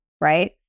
right